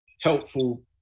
helpful